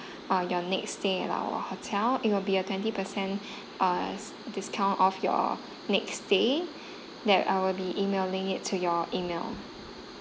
uh your next stay at our hotel it will be a twenty percent uh discount off your next stay that I will be emailing it to your email